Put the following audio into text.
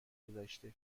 گذشته